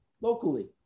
locally